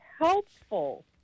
helpful